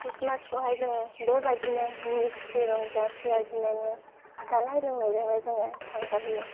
ख्रिस्टमासखौहाय जोङो बेबायदिनो मिनि खुसि रंजा प्रेयार बिनानै जानाय लोंनायजोंनो जोङो थांगारहोयो